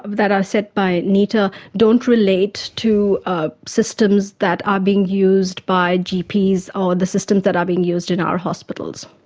that are set by nehta, don't relate to ah systems that are being used by gps or the systems that are being used by and our hospitals.